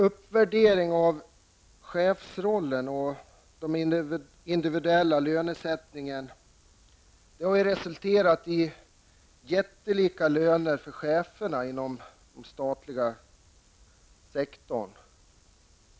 Uppvärderingen av chefsrollen och den nya individuella lönesättningen har resulterat i jättelika löner för cheferna inom den statliga sektorn.